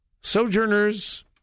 Sojourners